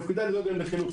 לחינוך.